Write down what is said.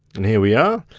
and here we are.